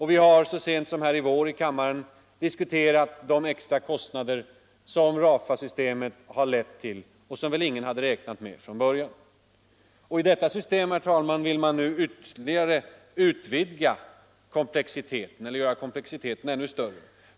Vi har så sent som i vår här i kammaren diskuterat de äkta kostnader som RAFA-systemet har lett till och som väl ingen hade räknat med från början. I detta system, herr talman, vill man nu göra komplexiteten ännu större.